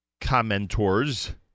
commentors